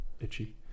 itchy